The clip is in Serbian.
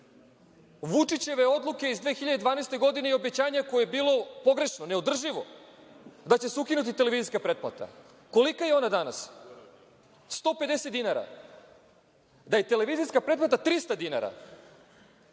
Vučićeve odluke iz 2012. godine i obećanje koje je bilo neodrživo, da će se tek ukinuti televizijska pretplata. Kolika je ona danas, 150 dinara. Da je televizijska pretplata 300 dinara,